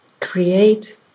create